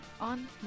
on